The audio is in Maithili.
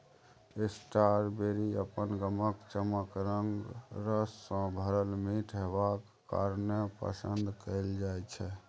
स्ट्राबेरी अपन गमक, चकमक रंग, रस सँ भरल मीठ हेबाक कारणेँ पसंद कएल जाइ छै